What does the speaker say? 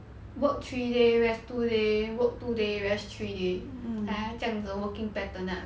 work three days rest two day work two rest three day like 他这样子的 working pattern lah